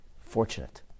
fortunate